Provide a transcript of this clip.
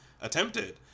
attempted